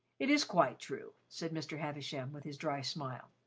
it is quite true, said mr. havisham, with his dry smile.